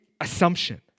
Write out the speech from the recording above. assumption